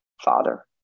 father